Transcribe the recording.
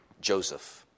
Joseph